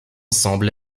semble